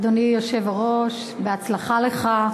אדוני היושב-ראש, בהצלחה לך.